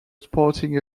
sporting